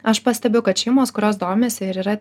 aš pastebiu kad šeimos kurios domisi ir yra